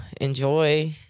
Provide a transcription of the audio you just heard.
Enjoy